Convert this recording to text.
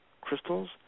crystals